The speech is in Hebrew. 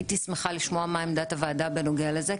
הייתי שמחה לשמוע מה עמדת הוועדה בנוגע לזה,